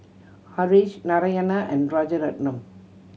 Haresh Narayana and Rajaratnam